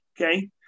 Okay